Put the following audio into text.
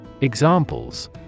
Examples